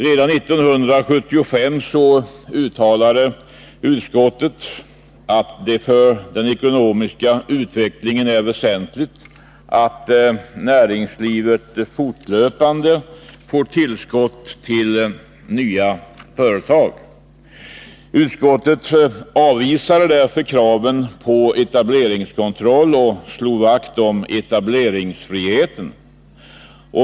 Redan 1975 uttalade utskottet att det för den ekonomiska utvecklingen är väsentligt att näringslivet fortlöpande får tillskott av nya företag. Utskottet avvisade därför kraven på etableringskontroll och slog vakt om etableringsfriheten.